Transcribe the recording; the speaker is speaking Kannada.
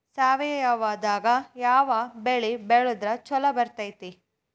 ಸಾವಯವದಾಗಾ ಯಾವ ಬೆಳಿ ಬೆಳದ್ರ ಛಲೋ ಬರ್ತೈತ್ರಿ?